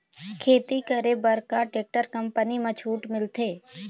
खेती करे बर का टेक्टर कंपनी म छूट मिलथे?